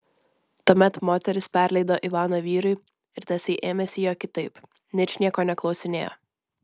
tuomet moteris perleido ivaną vyrui ir tasai ėmėsi jo kitaip ničnieko neklausinėjo